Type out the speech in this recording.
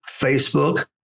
facebook